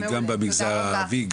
גם במגזר הערבי,